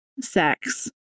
sex